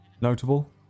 Notable